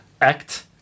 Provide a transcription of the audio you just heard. Act